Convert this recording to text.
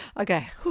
Okay